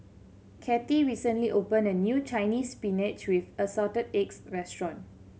Kathey recently opened a new Chinese Spinach with Assorted Eggs restaurant